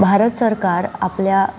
भारत सरकार आपल्या